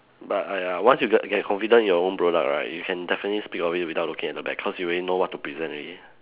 but !aiya! once you get get confident in your own product right you can definitely speak of it without looking at the back cause you already know what to present already